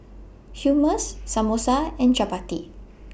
Hummus Samosa and Chapati